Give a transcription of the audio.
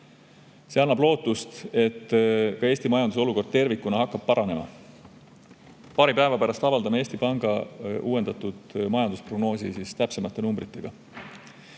See annab lootust, et ka Eesti majanduse olukord tervikuna hakkab paranema. Paari päeva pärast avaldame Eesti Panga uuendatud majandusprognoosi täpsemate numbritega.